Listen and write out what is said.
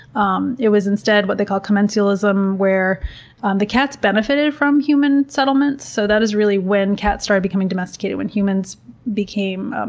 um it was instead what they call commensalism where and the cats benefited from human settlements, so that is really when cats started becoming domesticated when humans became,